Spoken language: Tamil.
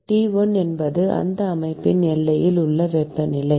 T1 என்பது இந்த அமைப்பின் எல்லையில் உள்ள வெப்பநிலை